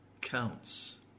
counts